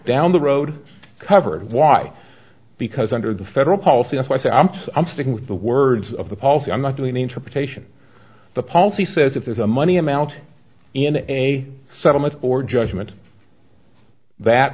down the road covered why because under the federal policy if i say i'm i'm sticking with the words of the policy i'm not doing the interpretation the policy says if there's a money amount in a settlement or judgment that